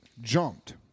jumped